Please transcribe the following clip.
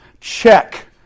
check